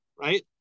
right